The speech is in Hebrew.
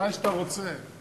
מתי שאתה רוצה.